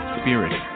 spirit